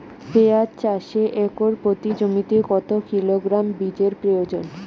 পেঁয়াজ চাষে একর প্রতি জমিতে কত কিলোগ্রাম বীজের প্রয়োজন?